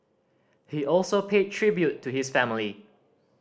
he also paid tribute to his family